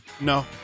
No